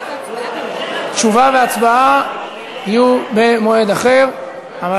תשובה והצבעה יהיו במועד אחר.